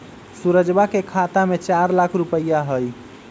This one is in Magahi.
सुरजवा के खाता में चार लाख रुपइया हई